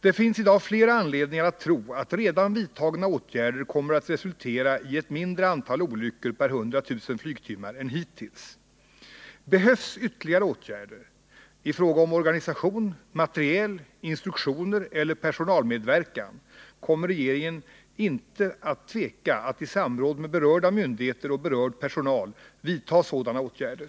Det finns i dag flera anledningar att tro att redan vidtagna åtgärder kommer att resultera i ett mindre antal olyckor per 100 000 flygtimmar än hittills. Behövs ytterligare åtgärder — i fråga om organisation, materiel, instruktioner eller personalmedverkan — kommer regeringen inte att tveka att i samråd med berörda myndigheter och berörd personal vidta sådana åtgärder.